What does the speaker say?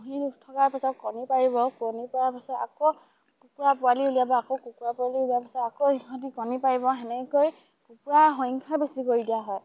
পুহি থকাৰ পিছত কণী পাৰিব কণী পৰাৰ পিছত আকৌ কুকুৰা পোৱালি উলিয়াব আকৌ কুকুৰা পোৱালি উলিওৱাৰ পিছত আকৌ সিহঁতি কণী পাৰিব সেনেকুৱাকৈ কুকুৰা সংখ্যা বেছি কৰি দিয়া হয়